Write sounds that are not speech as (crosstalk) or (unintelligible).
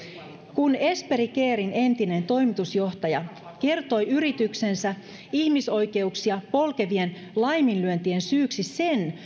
kun esperi caren entinen toimitusjohtaja kertoi yrityksensä ihmisoikeuksia polkevien laiminlyöntien syyksi sen (unintelligible)